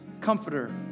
Comforter